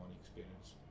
experience